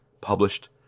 published